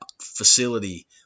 facility